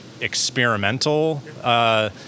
experimental